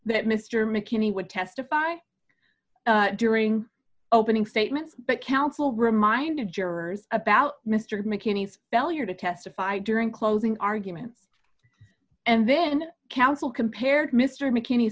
that mr mckinney would testify during opening statements but counsel reminded jurors about mr mckinney's belly or to testify during closing arguments and then counsel compared mr mckinney